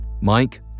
Mike